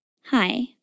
Hi